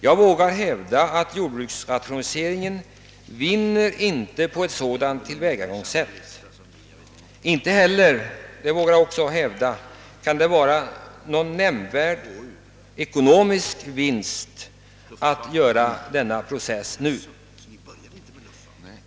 Jag vågar hävda att jordbruksrationaliseringen inte vinner på ett sådant tillvägagångssätt, och det kan inte heller medföra någon nämnvärd ekonomisk vinst att genomföra denna process nu.